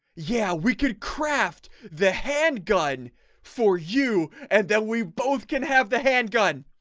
yeah, we could craft the handgun for you, and that we both can have the handgun